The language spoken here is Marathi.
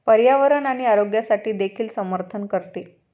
पर्यावरण आणि आरोग्यासाठी देखील समर्थन करते